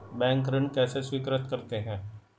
Bank ऋण कैसे स्वीकृत करते हैं?